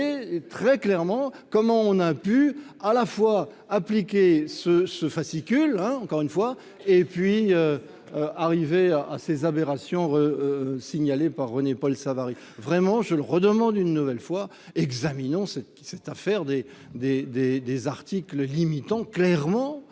très clairement comment on a pu à la fois appliquer ce ce fascicule hein, encore une fois et puis arriver à ces aberrations signalé par René-Paul Savary, vraiment je le redemande une nouvelle fois, examinons ce qui cette à faire des, des, des, des articles limitant clairement